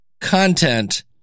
content